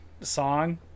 song